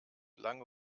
lange